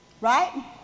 Right